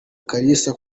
kalisa